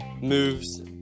moves